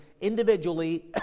individually